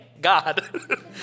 God